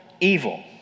evil